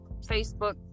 Facebook